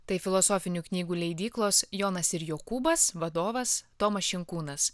tai filosofinių knygų leidyklos jonas ir jokūbas vadovas tomas šinkūnas